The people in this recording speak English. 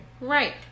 Right